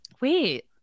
Wait